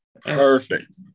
Perfect